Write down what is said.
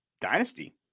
dynasty